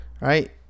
right